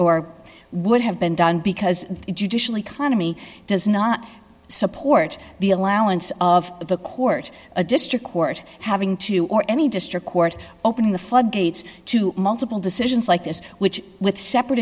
or would have been done because it judicially khana me does not support the allowance of the court a district court having to or any district court opening the floodgates to multiple decisions like this which with sep